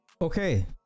Okay